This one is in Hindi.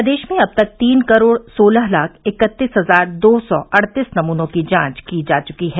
प्रदेश में अब तक तीन करोड़ सोलह लाख इकत्तीस हजार दो सौ अड़तीस नमूनों की जांच की जा चुकी है